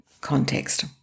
context